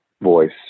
voice